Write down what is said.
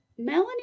melanie